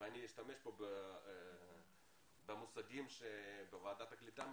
ואני אשתמש פה במושגים שבוועדת הקליטה מכירים,